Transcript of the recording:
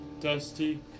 Dusty